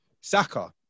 Saka